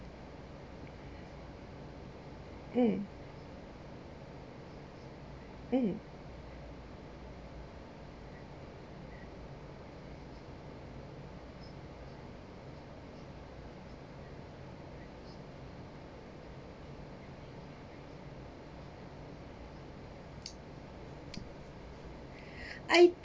mm I